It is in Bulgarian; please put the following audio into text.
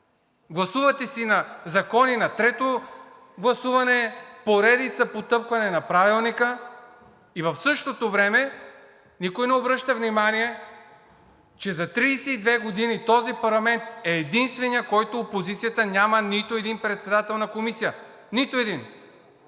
Гласувате си закони на трето гласуване, поредица потъпкване на Правилника и в същото време никой не обръща внимание, че за 32 години този парламент е единственият, в който опозицията няма нито един председател на комисия. Нито един!